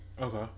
Okay